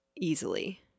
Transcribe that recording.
easily